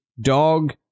dog